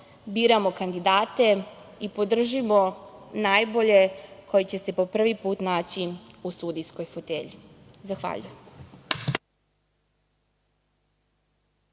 biramo kandidate i podržimo najbolje koji će se po prvi put naći u sudijskoj fotelji. Zahvaljujem.